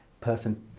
person